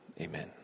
amen